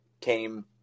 came